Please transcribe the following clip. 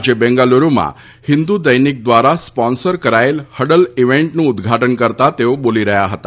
આજે બેંગાલુરુમાં હિન્દુ દૈનિક દ્વારા સ્પોન્સર કરાયેલ હડલ ઈવેન્ટનું ઉદઘાટન કરતા તેઓ બોલી રહ્યા હતા